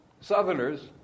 southerners